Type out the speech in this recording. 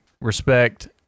respect